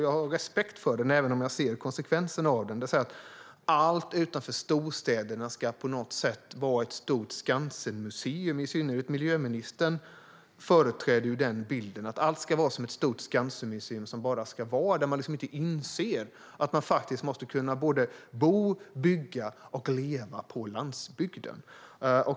Jag har respekt för den även om jag ser konsekvenserna av den, det vill säga att allt utanför storstäderna på något sätt ska vara ett stort Skansenmuseum. I synnerhet miljöministern företräder ju bilden att allt ska vara som ett stort Skansenmuseum som bara ska finnas. Man inser liksom inte att människor faktiskt måste kunna både bo, bygga och leva på landsbygden.